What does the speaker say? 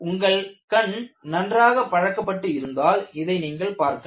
உங்கள் கண் நன்றாக பழக்கப்பட்டு இருந்தால் இதை நீங்கள் பார்க்கலாம்